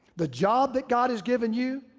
the job that god has given you,